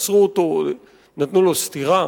עצרו אותו, נתנו לו סטירה.